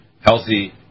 healthy